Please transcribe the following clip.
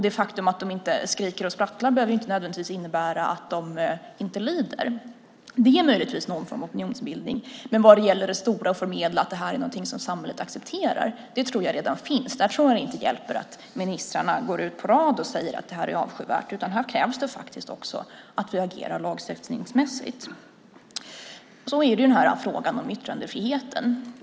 Det faktum att de inte skriker och sprattlar behöver inte nödvändigtvis innebära att de inte lider. Det är möjligtvis någon form av opinionsbildning. Men det stora, att förmedla att det här är någonting som samhället accepterar, tror jag redan finns. Där tror jag inte att det hjälper att ministrarna på rad går ut och säger att det här avskyvärt, utan här krävs det faktiskt också att vi agerar lagstiftningsmässigt. Sedan har vi frågan om yttrandefriheten.